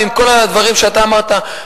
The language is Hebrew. ועם כל הדברים שאמרת כאן,